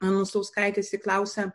anusauskaitės ji klausia